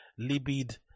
libid